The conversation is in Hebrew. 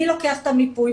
מי לוקח את המיפוי,